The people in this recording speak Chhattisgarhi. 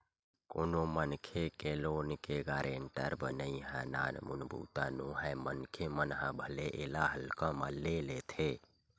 कोनो मनखे के लोन के गारेंटर बनई ह नानमुन बूता नोहय मनखे मन ह भले एला हल्का म ले लेथे